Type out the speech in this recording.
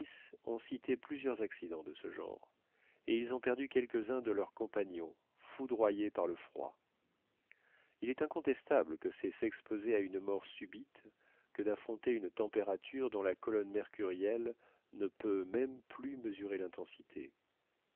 ont cité plusieurs accidents de ce genre et ils ont perdu quelques-uns de leurs compagnons foudroyés par le froid il est incontestable que c'est s'exposer à une mort subite que d'affronter une température dont la colonne mercurielle ne peut même plus mesurer l'intensité